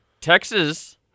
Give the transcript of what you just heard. Texas